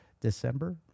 December